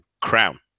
crown